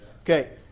Okay